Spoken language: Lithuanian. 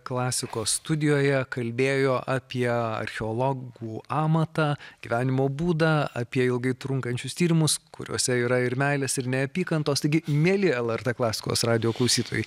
klasikos studijoje kalbėjo apie archeologų amatą gyvenimo būdą apie ilgai trunkančius tyrimus kuriuose yra ir meilės ir neapykantos taigi mieli lrt klasikos radijo klausytojai